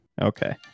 Okay